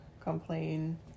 complain